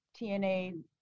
TNA